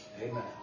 Amen